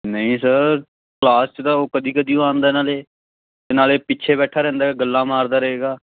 ਨਹੀਂ sir class 'ਚ ਤਾਂ ਉਹ ਕਦੀ ਕਦੀ ਓ ਆਂਦਾ ਨਾਲੇ ਅਤੇ ਨਾਲੇ ਪਿੱਛੇ ਬੈਠਾ ਰਹਿੰਦਾ ਹੈ ਗੱਲਾਂ ਮਾਰਦਾ ਰਹੇਗਾ